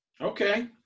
Okay